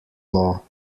law